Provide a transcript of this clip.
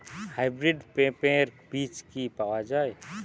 Hybrid পেঁপের বীজ কি পাওয়া যায়?